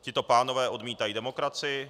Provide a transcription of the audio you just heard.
Tito pánové odmítají demokracii.